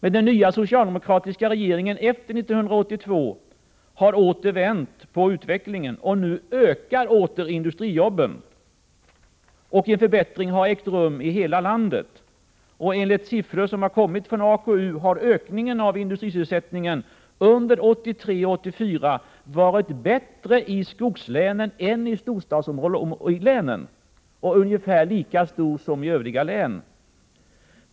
Med den nya socialdemokratiska regeringen efter 1982 har utvecklingen åter vänt, och nu ökar industrisysselsättningen. En förbättring har ägt rum i hela landet. Enligt siffror från AKU har ökningen av industrisysselsättningen under 1983 och 1984 varit bättre i skogslänen än i storstadslänen och är ungefär lika stor som i övriga län.